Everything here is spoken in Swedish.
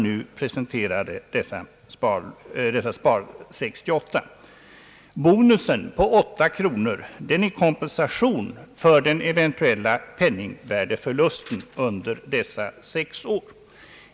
Bonusen: på 8 kronor utgör kompensation för den eventuella penningvärdeförlusten. under dessa sex år.